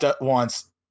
wants